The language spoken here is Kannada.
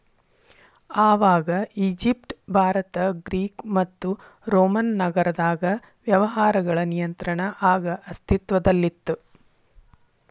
ಆವಾಗ ಈಜಿಪ್ಟ್ ಭಾರತ ಗ್ರೇಕ್ ಮತ್ತು ರೋಮನ್ ನಾಗರದಾಗ ವ್ಯವಹಾರಗಳ ನಿಯಂತ್ರಣ ಆಗ ಅಸ್ತಿತ್ವದಲ್ಲಿತ್ತ